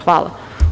Hvala.